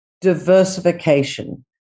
Diversification